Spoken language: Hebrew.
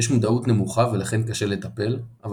יש מודעות נמוכה ולכן קשה לטפל אבל